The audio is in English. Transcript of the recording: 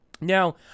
Now